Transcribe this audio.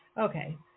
Okay